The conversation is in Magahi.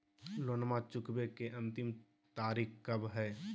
लोनमा चुकबे के अंतिम तारीख कब हय?